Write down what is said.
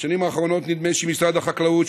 בשנים האחרונות נדמה שמשרד החקלאות,